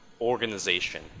organization